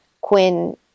Quinn